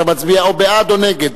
אתה מצביע או בעד או נגד,